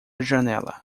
janela